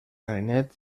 clarinet